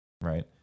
right